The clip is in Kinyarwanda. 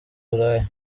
uburaya